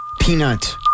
peanut